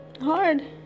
hard